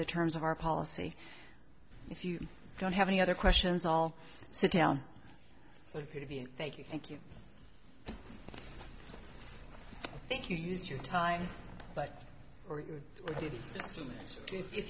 the terms of our policy if you don't have any other questions all sit down thank you thank you thank you use your time but